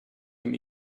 dem